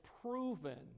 proven